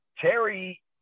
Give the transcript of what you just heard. Terry